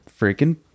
freaking